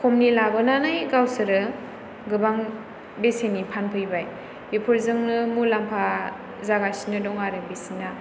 खमनि लाबोनानै गावसोरो गोबां बेसेननि फानफैबाय बेफोरजोंनो मुलाम्फा जागासिनो दं आरो बिसिना